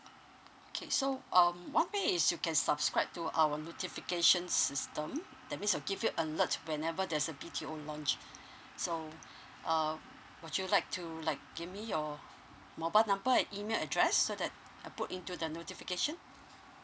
okay so um one way is you can subscribe to our notification system that means will give you alert whenever there's a B_T_O launch so um would you like to like give me your mobile number and email address so that I put into the notification